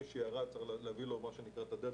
מאיפה כל אחד צריך להביא את זה?